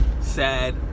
sad